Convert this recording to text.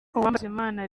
uwambazimana